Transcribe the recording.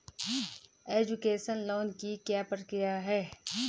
Education loan की क्या प्रक्रिया है?